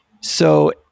So-